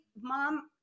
mom